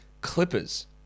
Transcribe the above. Clippers